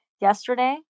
yesterday